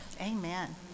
Amen